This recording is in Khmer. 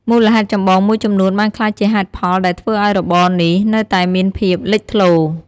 មូលហេតុចម្បងមួយចំនួនបានក្លាយជាហេតុផលដែលធ្វើឱ្យរបរនេះនៅតែមានភាពលេចធ្លោ។